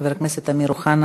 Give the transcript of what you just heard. חבר הכנסת אמיר אוחנה,